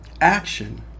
action